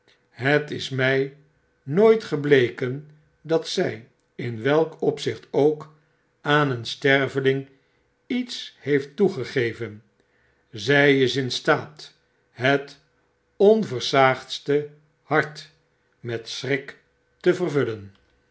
het is my nooit gebleken dat zy in welk opzicht ook aan een sterveling iets heeft toegegeven zij is in staat het onversaagdste hart met schrik te vervullen